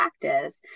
practice